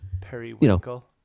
periwinkle